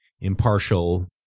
impartial